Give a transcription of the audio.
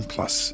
Plus